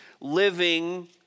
living